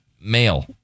male